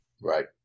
Right